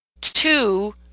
two